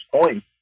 point